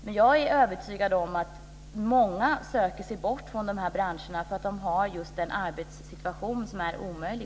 Men jag är övertygad om att många söker sig bort från de här branscherna därför att man i dag har en arbetssituation som är omöjlig.